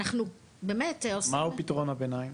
אנחנו באמת, עושים -- מהו פתרון הביניים?